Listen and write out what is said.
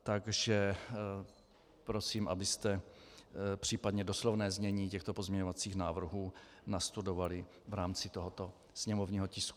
Takže prosím, abyste případně doslovné znění těchto pozměňovacích návrhů nastudovali v rámci tohoto sněmovního tisku.